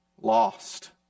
lost